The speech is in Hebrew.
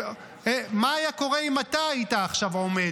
מה היה קורה אם אתה היית עכשיו עומד,